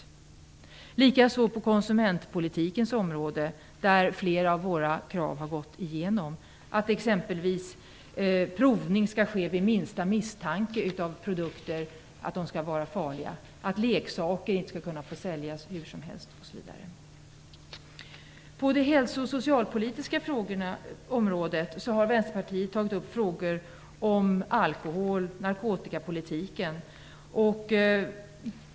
Detsamma gäller på konsumentpolitikens område. Där har flera av våra krav gått igenom, exempelvis att provning skall ske vid minsta misstanke om att produkter skulle vara farliga och att leksaker inte skall få säljas hur som helst. På det hälso och socialpolitiska området har Vänsterpartiet tagit upp frågor om alkohol och narkotikapolitiken.